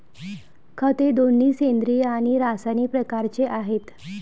खते दोन्ही सेंद्रिय आणि रासायनिक प्रकारचे आहेत